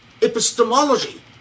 epistemology